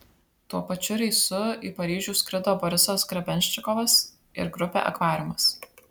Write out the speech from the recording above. tuo pačiu reisu į paryžių skrido borisas grebenščikovas ir grupė akvariumas